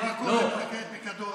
מה קורה עם הפיקדון,